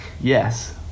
yes